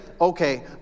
okay